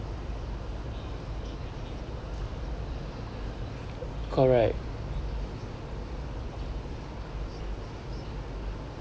correct